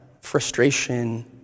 frustration